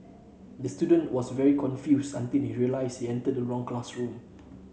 the student was very confused until he realised he entered the wrong classroom